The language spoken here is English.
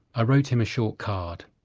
i wrote him a short card.